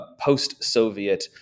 post-Soviet